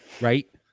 Right